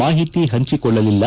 ಮಾಹಿತಿ ಪಂಚಿಕೊಳ್ಳಲಿಲ್ಲ